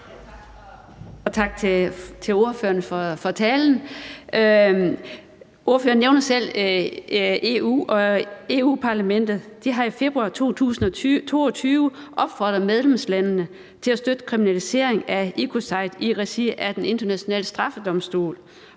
tak til ordføreren for talen. Ordføreren nævner selv EU, og Europa-Parlamentet har i februar 2022 opfordret medlemslandene til at støtte kriminaliseringen af ecocide i regi af Den Internationale Straffedomstol